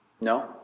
No